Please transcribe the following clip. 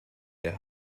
der